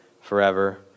forever